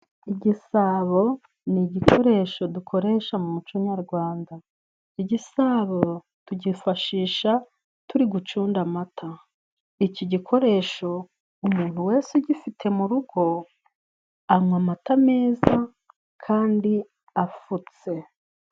Igisabo ni igikoresho dukoresha mu muco nyarwanda, igisabo tugifashisha turi gucunda amata. Iki gikoresho umuntu wese ugifite mu rugo anywa amata meza kandi afutse.